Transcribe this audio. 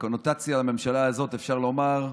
בקונוטציה לממשלה הזאת אפשר לומר,